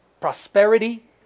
prosperity